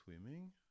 swimming